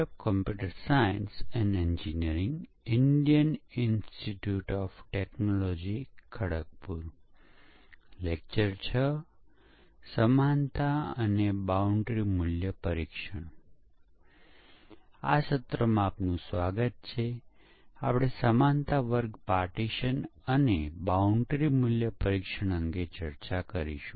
20 થી વધુ અડધા કલાકના સ્લોટ્સમાં આપણે પ્રોગ્રામ પરીક્ષણ પર કેટલાક ખૂબ જ અગત્યના મુદ્દાઓની ચર્ચા કરીશું